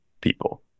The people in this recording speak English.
people